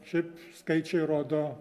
šiaip skaičiai rodo